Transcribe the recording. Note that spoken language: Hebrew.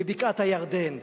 בבקעת-הירדן.